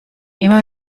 immer